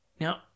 Now